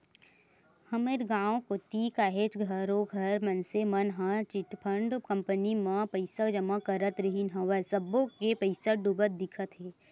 हमर गाँव कोती काहेच घरों घर मनसे मन ह चिटफंड कंपनी मन म पइसा जमा करत रिहिन हवय सब्बो के पइसा डूबत दिखत हे